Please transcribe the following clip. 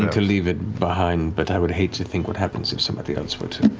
to leave it behind, but i would hate to think what happens if somebody else were to